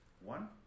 One